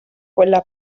quella